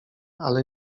ale